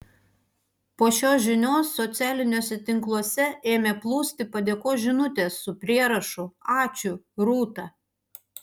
po šios žinios socialiniuose tinkluose ėmė plūsti padėkos žinutės su prierašu ačiū rūta